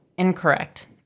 Incorrect